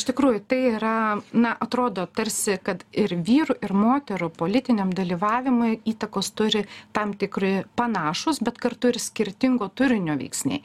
iš tikrųjų tai yra na atrodo tarsi kad ir vyrų ir moterų politiniam dalyvavimui įtakos turi tam tikri panašūs bet kartu ir skirtingo turinio veiksniai